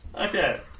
Okay